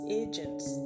agents